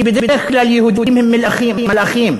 כי בדרך כלל יהודים הם מלאכים,